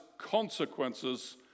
consequences